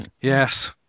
Yes